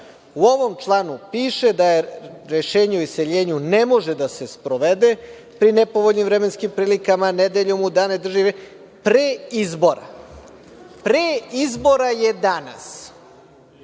ovom članu piše da rešenje o iseljenju ne može da se sprovede po nepovoljnim vremenskim prilikama, nedeljom, u dane državnih praznika, pre izbora. Pre izbora je danas.